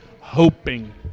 hoping